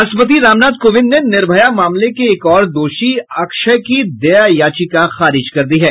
राष्ट्रपति रामनाथ कोविंद ने निर्भया मामले के एक और दोषी अक्षय की दया याचिका खारिज कर दी है